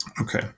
Okay